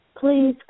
please